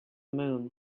moon